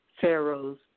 Pharaoh's